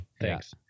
Thanks